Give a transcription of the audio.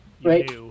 Right